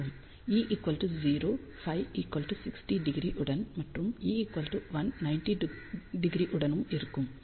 E 0 Φ 60° உடன் மற்றும் E 1 90° உடனும் இருக்கும்